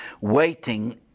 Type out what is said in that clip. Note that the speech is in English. waiting